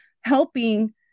helping